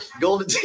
golden